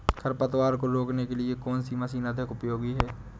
खरपतवार को रोकने के लिए कौन सी मशीन अधिक उपयोगी है?